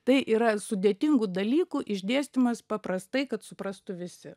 tai yra sudėtingų dalykų išdėstymas paprastai kad suprastų visi